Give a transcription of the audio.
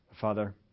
Father